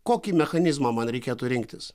kokį mechanizmą man reikėtų rinktis